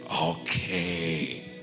okay